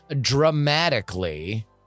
dramatically